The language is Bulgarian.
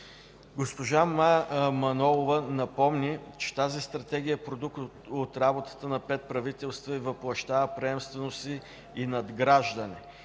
Госпожа Мая Манолова напомни, че тази Стратегията е продукт от работата на пет правителства и въплъщава приемственост и надграждане.